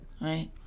Right